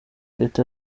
leta